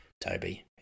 Toby